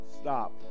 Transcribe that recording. Stop